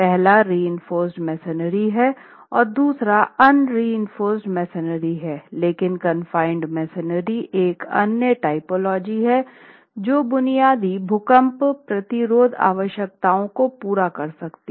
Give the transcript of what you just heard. पहला reinforced masonry है और दूसरा इअंरीइंफोर्स्ड मेंसरी है लेकिन कॉनफिनॉएड मेसनरी एक अन्य टाइपोलॉजी है जो बुनियादी भूकंप प्रतिरोध आवश्यकताओं को पूरा कर सकती है